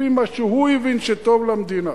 לפי מה שהוא הבין שטוב למדינה,